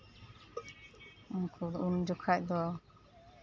ᱩᱱᱠᱩ ᱫᱚ ᱩᱱ ᱡᱚᱠᱷᱮᱡ ᱫᱚ